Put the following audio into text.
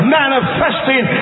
manifesting